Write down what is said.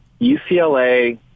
UCLA